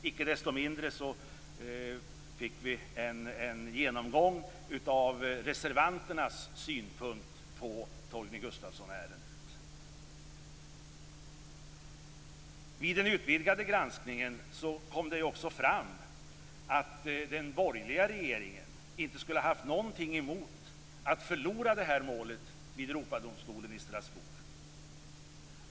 Icke desto mindre fick vi en genomgång av reservanternas synpunkt på Torgny Gustafsson-ärendet. Vid den utvidgade granskningen kom det också fram att den borgerliga regeringen inte skulle ha haft någonting emot att förlora det här målet vid Europadomstolen i Strasbourg.